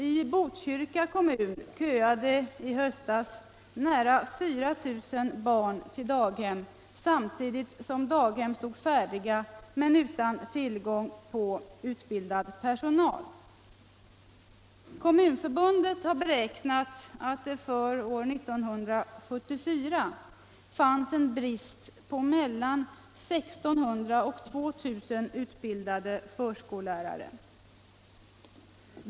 I Botkyrka kommun köade i höstas nära 4 000 barn till daghem samtidigt som daghem stod färdiga men utan tillgång på utbildad personal. Kommunförbundet har beräknat att det för år 1974 fanns en brist på mellan 1 600 och 2 000 utbildade förskollärare.